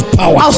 power